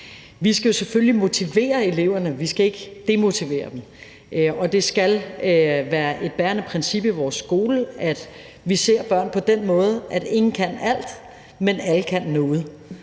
Vi skal jo selvfølgelig motivere eleverne. Vi skal ikke demotivere dem. Og det skal være et bærende princip i vores skole, at vi ser børn på den måde, at ingen kan alt, men alle kan noget.